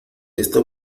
esta